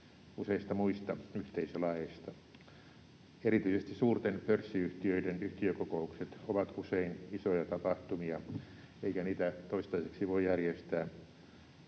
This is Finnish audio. useista muista yhteisölaeista. Erityisesti suurten pörssiyhtiöiden yhtiökokoukset ovat usein isoja tapahtumia, eikä niitä toistaiseksi voi järjestää